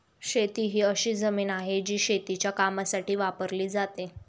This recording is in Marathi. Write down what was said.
शेती ही अशी जमीन आहे, जी शेतीच्या कामासाठी वापरली जाते